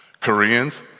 Koreans